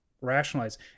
rationalize